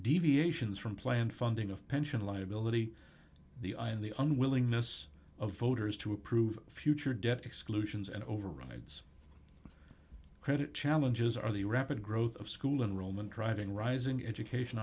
deviations from planned funding of pension liability the i and the unwillingness of voters to approve future debt exclusions and overrides credit challenges are the rapid growth of school enrollment driving rising education